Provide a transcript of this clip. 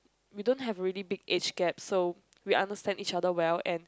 we don't have really big age gap so we understand each other well and